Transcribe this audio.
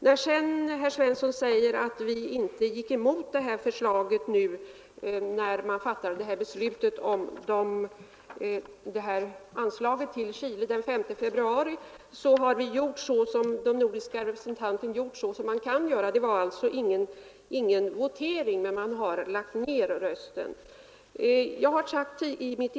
Herr Svensson i Malmö säger att vi inte gick emot förslaget om anslag till Chile när beslutet fattades den 5 februari. Den nordiska representanten gjorde vad man kan göra. Det var alltså ingen votering, men den nordiska representanten lade ned sin röst.